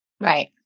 right